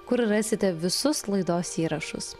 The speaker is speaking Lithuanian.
kur rasite visus laidos įrašus